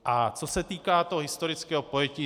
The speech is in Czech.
A co se týká toho historického pojetí.